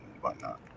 whatnot